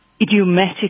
Idiomatic